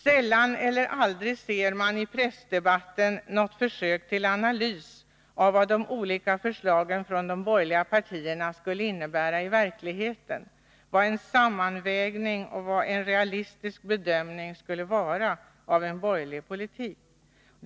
Sällan eller aldrig ser man i pressdebatten något försök till analys av vad de olika förslagen från de borgerliga partierna skulle innebära i verkligheten vid en sammanvägning och en realistisk bedömning av vad en borgerlig politik skulle ge.